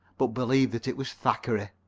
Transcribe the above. but believe that it was thackeray.